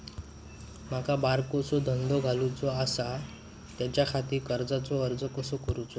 माका बारकोसो धंदो घालुचो आसा त्याच्याखाती कर्जाचो अर्ज कसो करूचो?